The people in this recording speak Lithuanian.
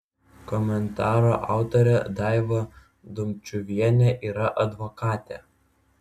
komentaro autorė daiva dumčiuvienė yra advokatė